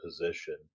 position